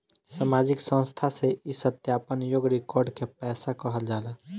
सामाजिक संस्था से ई सत्यापन योग्य रिकॉर्ड के पैसा कहल जाला